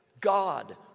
God